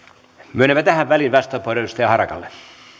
myönnämme tähän väliin vastauspuneenvuoron edustaja harakalle